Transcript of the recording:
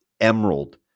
Emerald